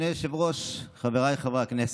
אדוני היושב-ראש, חבריי חברי הכנסת,